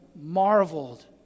marveled